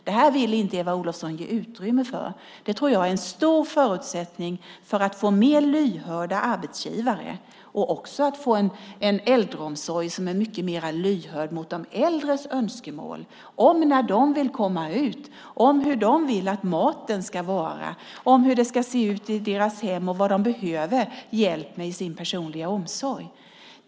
Det här vill inte Eva Olofsson ge utrymme för, men jag tror att det är en stor förutsättning för att få mer lyhörda arbetsgivare och också en äldreomsorg som är mycket mer lyhörd mot de äldres önskemål om när de vill komma ut, hur de vill att maten ska vara, om hur det ska se ut i deras hem och vad de behöver hjälp med i sin personliga omsorg.